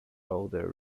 older